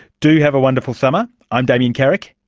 do have a wonderful summer. i'm damien carrick.